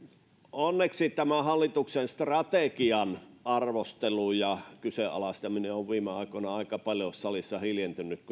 onneksi hallituksen strategian arvostelu ja kyseenalaistaminen on viime aikoina aika paljon salissa hiljentynyt